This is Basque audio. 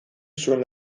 zuen